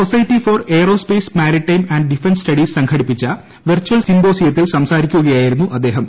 society for aerospace maritime and defence studies സംഘടിപ്പിച്ച virtual സിമ്പോസിയത്തിൽ സംസാരിക്കുകയായിരുന്നു് അദ്ദേഹം